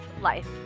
life